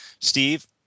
Steve